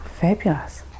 Fabulous